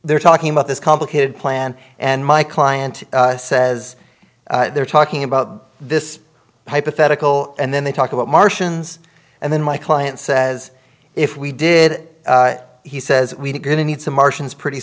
they're talking about this complicated plan and my client says they're talking about this hypothetical and then they talk about martians and then my client says if we did it he says we going to need some martians pretty